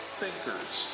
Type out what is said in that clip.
thinkers